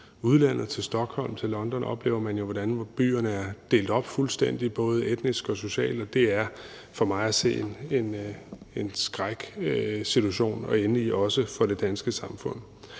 tager til Stockholm eller til London, oplever man , hvordan byerne er delt fuldstændig op, både etnisk og socialt, og det er for mig at se en skræksituation at ende i, også for det danske samfund.